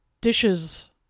dishes